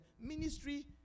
ministry